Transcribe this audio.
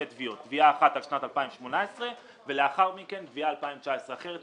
תביעות: תביעה אחת על שנת 2018 ולאחר מכן תביעה על שנת 2019. אחרת,